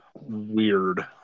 weird